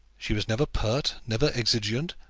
she was never pert, never exigeant,